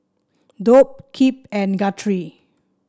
Dolph Kip and Guthrie